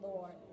Lord